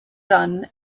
done